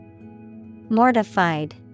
Mortified